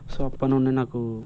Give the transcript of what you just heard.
so అప్పుటి నుండి నాకు